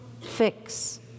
fix